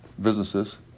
businesses